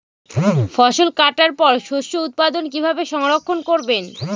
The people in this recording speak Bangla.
ফসল কাটার পর শস্য উৎপাদন কিভাবে সংরক্ষণ করবেন?